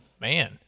Man